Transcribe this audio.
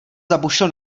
zabušil